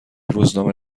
روزنامه